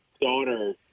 daughter